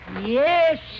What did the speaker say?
Yes